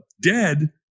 dead